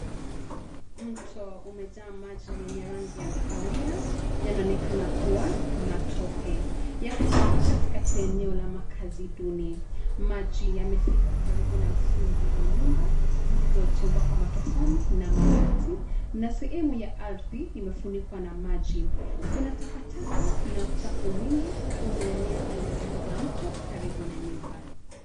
Mto umejaa maji yenye rangi ya kahawia, yanaonekana kua matope yakipita katikati eneo la makazi duni. Maji yamefika karibu na msingi wa nyumba zilizojengwa kwa matofali na mabati na sehemu ya ardhi imefunikwa na maji. Kuna takataka na uchafu mwingi umeenea pande zote za mto karibu na nyumba.